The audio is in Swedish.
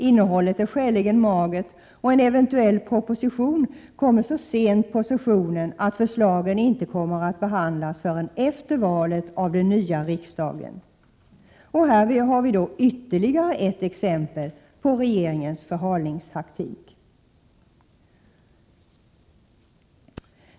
Innehållet är skäligen magert, och en eventuell proposition kommer så sent på sessionen att förslagen inte kommer att kunna behandlas förrän efter valet och av den nya riksdagen. Det är ytterligare ett exempel på regeringens förhalningstaktik.